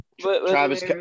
Travis